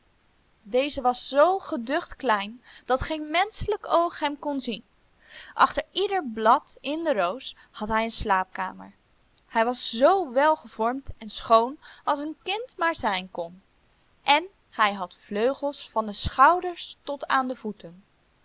deze was zoo geducht klein dat geen menschelijk oog hem kon zien achter ieder blad in de roos had hij een slaapkamer hij was zoo welgevormd en schoon als een kind maar zijn kon en hij had vleugels van de schouders tot aan de voeten